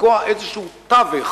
לתקוע איזה תווך,